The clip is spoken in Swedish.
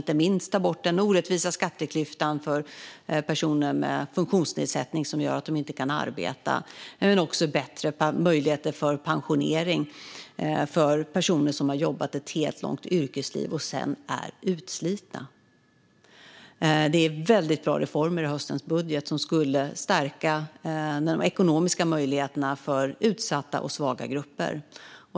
Inte minst tar den bort den orättvisa skatteklyftan för personer med en funktionsnedsättning som gör att de inte kan arbeta. Men den ger också bättre möjligheter till pensionering för personer som har jobbat ett långt yrkesliv och sedan är utslitna. Det är väldigt bra reformer i höstens budget som skulle stärka de ekonomiska möjligheterna för utsatta och svaga grupper.